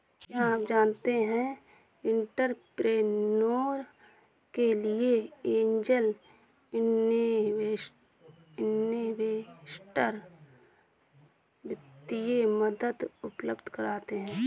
क्या आप जानते है एंटरप्रेन्योर के लिए ऐंजल इन्वेस्टर वित्तीय मदद उपलब्ध कराते हैं?